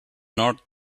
not